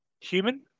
Human